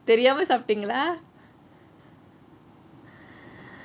தெரியாம சாப்டீங்களா:theriyame saapteengelaa